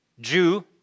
jew